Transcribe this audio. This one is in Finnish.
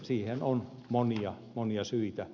siihen on monia monia syitä